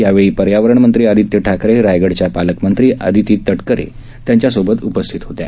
यावेळी पर्यावरण मंत्री आदित्य ठाकरे रायगडच्या पालकमंत्री आदिती तटकरे उपस्थित होत्या